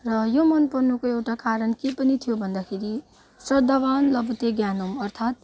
र यो मन पर्नु को एउटा कारण के पनि थियो भन्दाखेरि श्रद्धावान लबते ज्ञानम् अर्थात